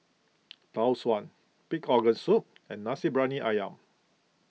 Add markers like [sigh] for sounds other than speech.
[noise] Tau Suan Pig's Organ Soup and Nasi Briyani Ayam